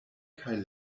kaj